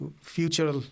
future